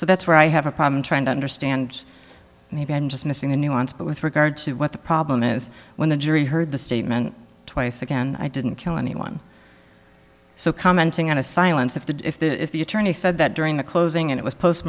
so that's where i have a problem trying to understand maybe i'm just missing the nuance but with regard to what the problem is when the jury heard the statement twice again i didn't kill anyone so commenting on a silence if the if the if the attorney said that during the closing and it was post